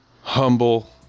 humble